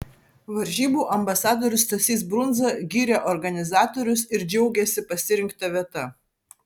varžybų ambasadorius stasys brundza gyrė organizatorius ir džiaugėsi pasirinkta vieta